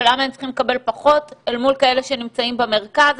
ולמה הם צריכים לקבל פחות אל מול כאלה שנמצאים במרכז.